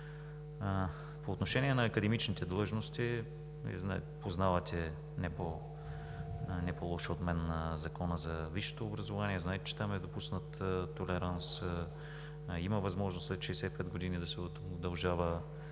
По отношение на академичните длъжности, Вие познавате не по-лошо от мен Закона за висшето образование. Знаете, че там е допуснат толеранс – има възможност след 65 години да се удължава